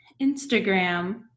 instagram